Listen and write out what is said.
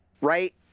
right